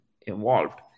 involved